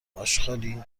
آشغالی